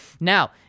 Now